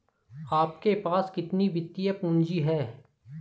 आपके पास कितनी वित्तीय पूँजी है?